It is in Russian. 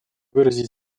выразить